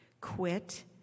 quit